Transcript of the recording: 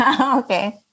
Okay